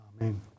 Amen